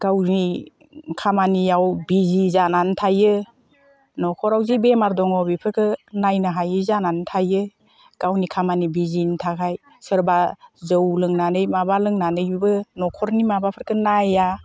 गावनि खामानियाव बिजि जानानै थायो न'खराव जे बेमार दङ बेफोरखौ नायनो हायि जानानै थायो गावनि खामानिनि बिजिनि थाखाय सोरबा जौ लोंनानै माबा लोंनानैबो न'खरनि माबाफोरखौ नाया